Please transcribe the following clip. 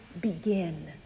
begin